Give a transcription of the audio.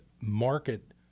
market